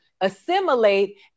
assimilate